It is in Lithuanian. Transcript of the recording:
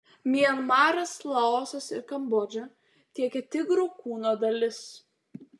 mianmaras laosas ir kambodža tiekia tigrų kūno dalis